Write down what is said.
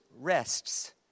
rests